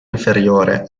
inferiore